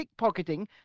pickpocketing